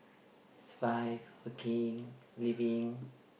survive working living